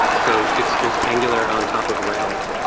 so it's just angular on top of rails,